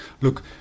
look